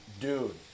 dude